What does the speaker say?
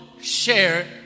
share